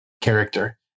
character